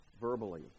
verbally